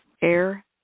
air